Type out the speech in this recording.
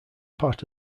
part